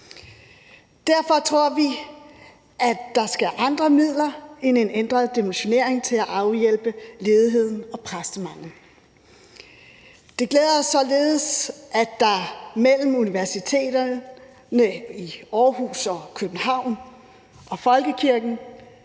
Derfor tror vi, at der skal andre midler end en ændret dimensionering til for at afhjælpe ledigheden og præstemanglen. Det glæder os således, at der mellem universiteterne i Aarhus og København og folkekirken